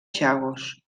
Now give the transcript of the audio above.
chagos